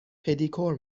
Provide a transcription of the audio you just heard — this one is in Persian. پدیکور